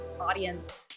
audience